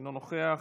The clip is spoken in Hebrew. אינו נוכח,